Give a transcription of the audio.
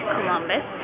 Columbus